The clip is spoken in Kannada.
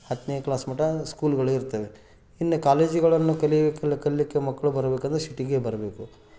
ಹತ್ತನೇ ಕ್ಲಾಸ್ ಮಟ್ಟ ಸ್ಕೂಲುಗಳು ಇರ್ತವೆ ಇನ್ನೂ ಕಾಲೇಜುಗಳನ್ನು ಕಲೀಲಿಕ್ಕೆ ಕಲೀಲಿಕ್ಕೆ ಮಕ್ಕಳು ಬರಬೇಕೆಂದ್ರೆ ಶಿಟಿಗೆ ಬರಬೇಕು